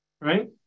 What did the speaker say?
right